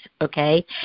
okay